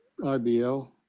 IBL